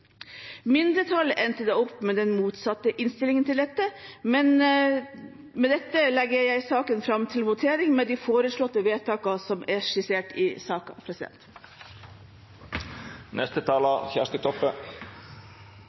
Mindretallet endte opp med den motsatte innstillingen til dette. Med dette legger jeg fram saken med de forslag som står i innstillingen. I